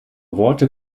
worte